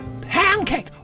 pancake